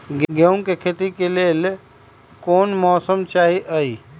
गेंहू के खेती के लेल कोन मौसम चाही अई?